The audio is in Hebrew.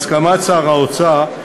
בהסכמת שר האוצר,